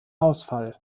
ausfall